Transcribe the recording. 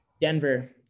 Denver